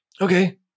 Okay